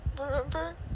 remember